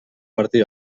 martí